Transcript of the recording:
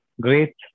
great